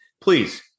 Please